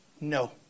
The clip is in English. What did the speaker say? No